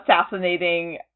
assassinating